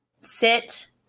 sit